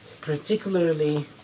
particularly